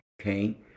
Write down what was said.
okay